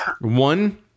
One